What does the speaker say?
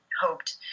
hoped